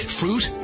fruit